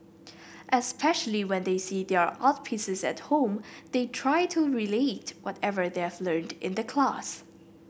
especially when they see their art pieces at home they try to relate whatever they've learnt in the class